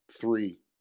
three